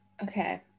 Okay